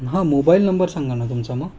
हां mobile number सांगा ना तुमचा मग